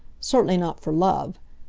certainly not for love.